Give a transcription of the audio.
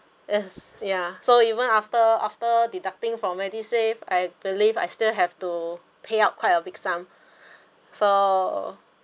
yes ya so even after after deducting from MediSave I believe I still have to pay up quite a big sum so